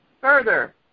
Further